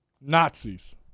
Nazis